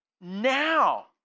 Now